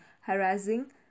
harassing